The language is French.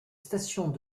stations